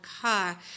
car